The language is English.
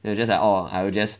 they're just like orh I will just